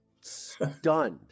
stunned